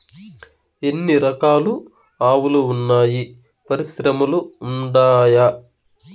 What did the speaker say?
ఎన్ని రకాలు ఆవులు వున్నాయి పరిశ్రమలు ఉండాయా?